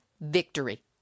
victory